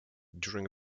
during